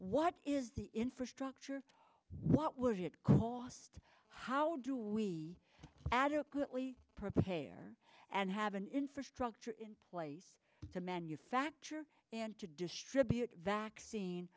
what is the infrastructure what would it cost how do we adequately prepare and have an infrastructure in place to manufacture and to distribute vaccine